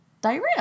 diarrhea